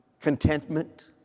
contentment